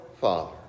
Father